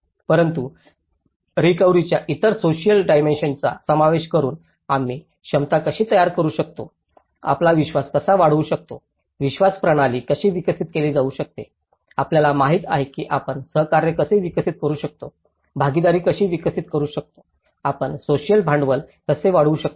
परंतु रिकव्हरीच्या इतर सोसिअल डिमेंसिओन्सचा समावेश करून आम्ही क्षमता कशी तयार करू शकतो आपला विश्वास कसा वाढवू शकतो विश्वास प्रणाली कशी विकसित केली जाऊ शकते आपल्याला माहित आहे की आपण सहकार्य कसे विकसित करू शकतो भागीदारी कशी विकसित करू शकतो आपण सोसिअल भांडवल कसे वाढवू शकतो